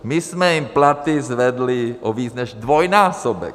My jsme jim platy zvedli o víc než dvojnásobek.